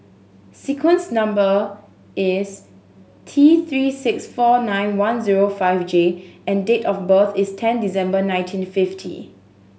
sequence number is T Three six four nine one zero five J and date of birth is ten December nineteen fifty